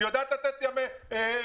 המדינה יודעת לתת עבור ימי מילואים.